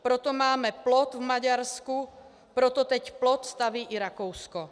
Proto máme plot v Maďarsku, proto teď plot staví i Rakousko.